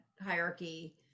hierarchy